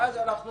ואז אנחנו